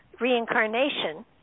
reincarnation